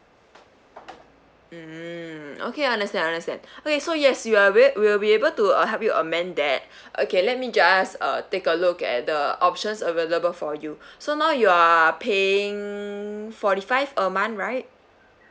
mm okay I understand I understand okay so yes you are will we will be able to uh help you amend that okay let me just uh take a look at the options available for you so now you are paying forty five a month right